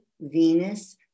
Venus